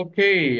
Okay